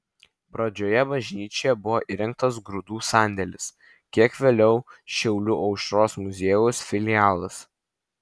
pradžioje bažnyčioje buvo įrengtas grūdų sandėlis kiek vėliau šiaulių aušros muziejaus filialas